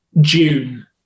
June